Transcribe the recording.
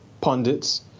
pundits